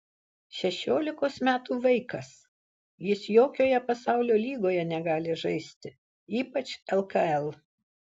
šešiolikos metų vaikas jis jokioje pasaulio lygoje negali žaisti ypač lkl